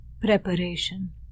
preparation